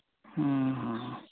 ᱦᱮᱸ ᱦᱮᱸ